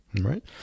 right